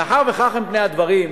מאחר שכך הם פני הדברים,